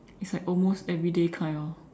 it's like almost everyday kind orh